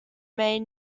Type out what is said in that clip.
made